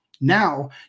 Now